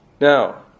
Now